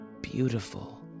Beautiful